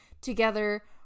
together